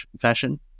fashion